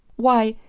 why,